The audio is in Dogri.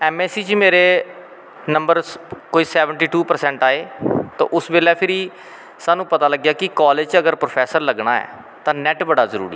ऐम ऐस सी च मेरे नंबर कोई सैवन्टी परसैंट आए तो उस बेल्लै फिरी साह्नू पता लग्गेआ कि कॉलेज़ च अगर प्रौफैसर लग्गना ऐ तां नैट बड़ा जरूरी ऐ